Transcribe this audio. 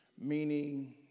Meaning